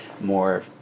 more